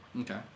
Okay